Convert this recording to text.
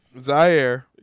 Zaire